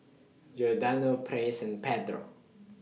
Giordano Praise and Pedro